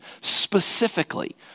specifically